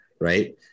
right